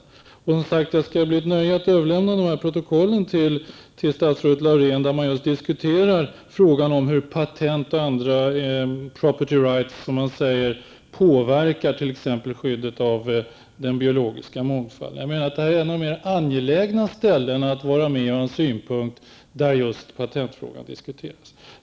Det skall som sagt bli ett nöje att till statsrådet Laurén överlämna de här protokollen, där man just diskuterar hur patent och andra ''property rights'' påverkar t.ex. skyddet av den biologiska mångfalden. Jag menar att det är angeläget att vara med i Rio och framföra synpunkter när just patentfrågan diskuteras.